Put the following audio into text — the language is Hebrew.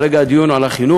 והרגע הדיון הוא על החינוך,